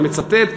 אני מצטט,